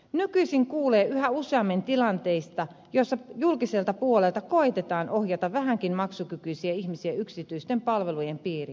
nykyisin kuulee yhä useammin tilanteista joissa julkiselta puolelta koetetaan ohjata vähänkin maksukykyisiä ihmisiä yksityisten palvelujen piiriin